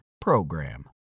PROGRAM